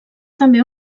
també